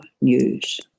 news